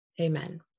Amen